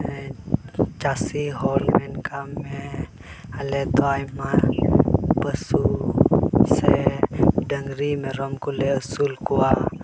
ᱪᱟᱹᱥᱤ ᱦᱚᱲ ᱢᱮᱱ ᱠᱟᱜ ᱢᱮ ᱟᱞᱮ ᱫᱚ ᱟᱭᱢᱟ ᱯᱚᱥᱩ ᱥᱮ ᱰᱟᱝᱨᱤ ᱢᱮᱨᱚᱢ ᱠᱚᱞᱮ ᱟᱹᱥᱩᱞ ᱠᱚᱣᱟ